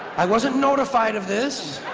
i wasn't notified of this,